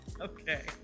Okay